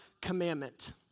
commandment